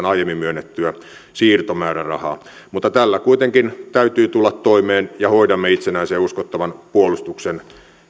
aiemmin myönnettyä siirtomäärärahaa mutta tällä kuitenkin täytyy tulla toimeen ja hoidamme itsenäisen ja uskottavan puolustuksen